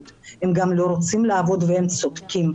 אלא שהם גם לא רוצים לעבוד והם צודקים.